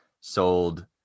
sold